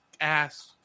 ass